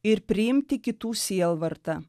ir priimti kitų sielvartą